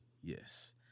Yes